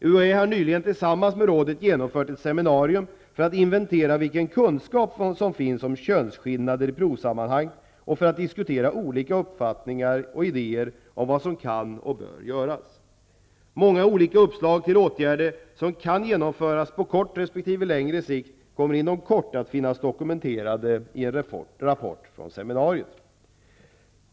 UHÄ har nyligen tillsammans med rådet genomfört ett seminarium för att inventera vilken kunskap som finns om könsskillnader i provsammanhang och för att diskutera olika uppfattningar och idéer om vad som kan och bör göras. Många olika uppslag till åtgärder som kan genomföras på kort resp. längre sikt kommer inom kort att finnas dokumenterade i en rapport från seminariet.